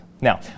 Now